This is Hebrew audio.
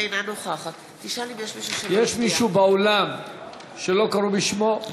אינה נוכחת יש מישהו באולם שלא קראו בשמו?